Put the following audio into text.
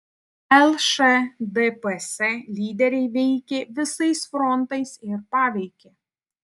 lšdps lyderiai veikė visais frontais ir paveikė